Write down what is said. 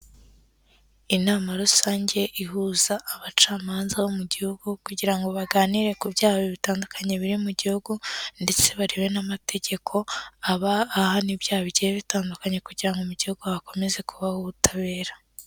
Inama rusange ihuza abacamanza bo mu gihugu kugira ngo baganire ku byaha bitandukanye biri mu gihugu, ndetse barebe n'amategeko aba ahana ibyaha bigiye bitandukanye kugira ngo mu gihugu hakomeze kubaho ubutabera.